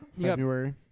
February